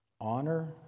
honor